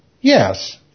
Yes